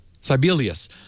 Sibelius